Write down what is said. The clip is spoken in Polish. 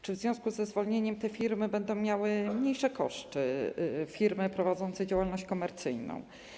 Czy w związku ze zwolnieniem te firmy będą miały mniejsze koszty, firmy prowadzące dzielność komercyjną?